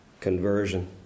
conversion